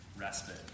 respite